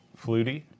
Flutie